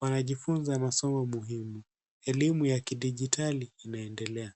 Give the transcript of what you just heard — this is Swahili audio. Wanajifunza masomo muhimu. Elimu ya kidijitali imeendelea.